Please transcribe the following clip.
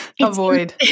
avoid